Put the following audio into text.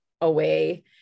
away